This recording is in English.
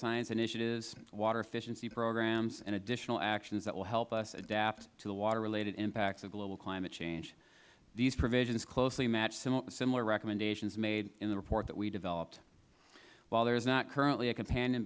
science initiatives water efficiency programs and additional actions that will help us adapt to the water related impacts of global climate change these provisions closely matched similar recommendations made in the report that we developed while there is not currently a companion